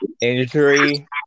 injury